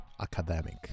academic